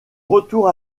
retour